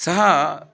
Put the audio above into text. सः